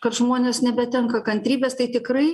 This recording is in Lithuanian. kad žmonės nebetenka kantrybės tai tikrai